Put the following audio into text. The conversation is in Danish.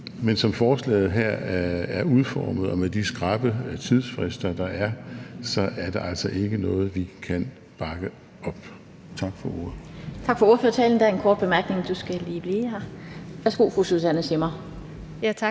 men som forslaget her er udformet og med de skrappe tidsfrister, der er, er det altså ikke noget, vi kan bakke op om. Tak for ordet. Kl. 18:10 Den fg. formand (Annette Lind): Tak for ordførertalen. Der er en kort bemærkning – ordføreren skal lige blive her. Værsgo, fru Susanne Zimmer. Kl.